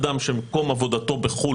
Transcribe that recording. אדם שמקום עבודתו בחוץ לארץ,